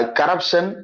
corruption